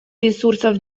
ресурсов